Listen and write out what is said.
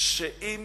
שאם